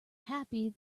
happy